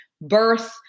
birth